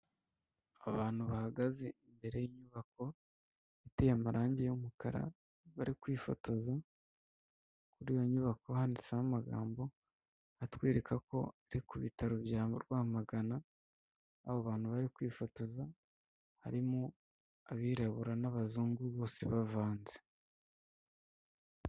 Abantu bahagaze imbere y'inyubako iteye amarangi y'umukara, bari kwifotoza, kuri iyo nyubako handitseho amagambo atwereka ko ari ku bitaro bya Rwamagana, abo bantu bari kwifotoza harimo abirabura n'abazungu, bose bavanze.